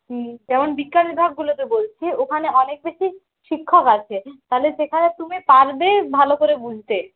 হুম যেমন বিজ্ঞান বিভাগগুলোতে বলছি ওখানে অনেক বেশি শিক্ষক আছে তাহলে সেখানে তুমি পারবে ভালো করে বুঝতে